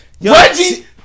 Reggie